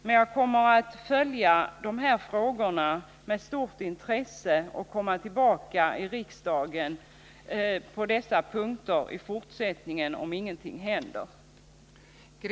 Men jag kommer att följa de här frågorna med stort intresse och komma tillbaka till riksdagen om ingenting händer.